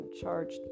charged